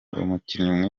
umukinnyi